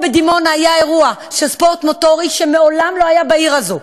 בדימונה היה השבוע אירוע של ספורט מוטורי שמעולם לא היה בעיר הזאת,